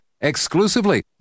exclusively